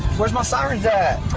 where's my sirens at?